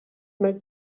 make